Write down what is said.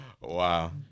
Wow